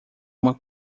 uma